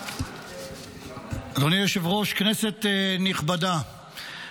אדוני היושב-ראש, כנסת נכבדה,